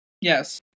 Yes